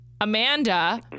Amanda